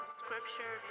scripture